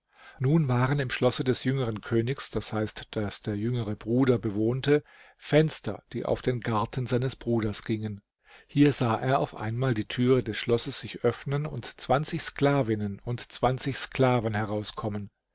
nun waren im schlosse des jüngeren königs d h das der jüngere bruder bewohnte fenster die auf den garten seines bruders gingen hier sah er auf einmal die türe des schlosses sich öffnen und zwanzig sklavinnen und zwanzig sklaven herauskommen